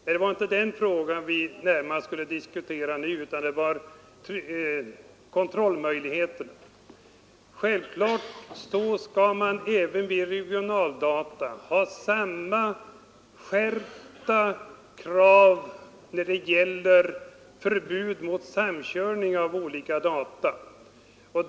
Men det var inte den frågan vi nu skulle diskutera, utan frågan om kontrollmöjligheterna. Självfallet skall man även vid regionaldata ha samma skärpta krav när det gäller förbud mot samkörning av olika data.